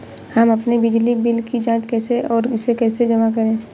हम अपने बिजली बिल की जाँच कैसे और इसे कैसे जमा करें?